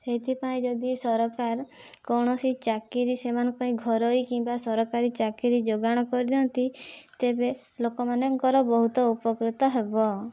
ସେଇଥି ପାଇଁ ଯଦି ସରକାର କୌଣସି ଚାକିରୀ ସେମାନଙ୍କ ପାଇଁ ଘରୋଇ କିମ୍ବା ସରକାରୀ ଚାକିରୀ ଯୋଗାଡ଼ କରିଦିଅନ୍ତି ତେବେ ଲୋକ ମାନଙ୍କର ବହୁତ ଉପକୃତ ହେବ